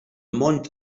mont